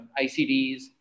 ICDs